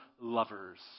lovers